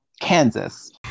Kansas